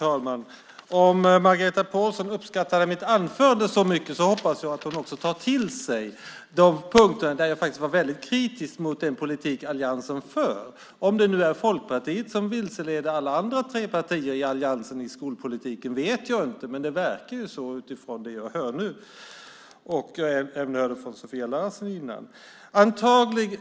Herr talman! Om Margareta Pålsson uppskattade mitt anförande så mycket hoppas jag att hon också tar till sig de punkter där jag var väldigt kritisk mot den politik alliansen för. Jag vet inte om det är Folkpartiet som vilseleder alla andra tre partier i alliansen i skolpolitiken, men det verkar så utifrån det jag hör nu och det jag hörde från Sofia Larsen tidigare.